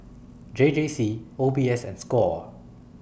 J J C O B S and SCORE